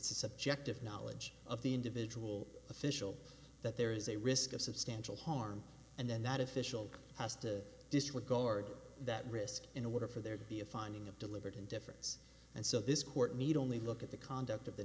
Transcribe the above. subjective knowledge of the individual official that there is a risk of substantial harm and then that official has to disregard that risk in order for there to be a finding of deliberate indifference and so this court need only look at the conduct of the